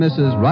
Mrs